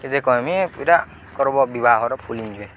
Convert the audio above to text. କେତେ କର୍ମି ଏଟା କର୍ବ ବିବାହର ଫୁଲ ଏଞ୍ଜୟ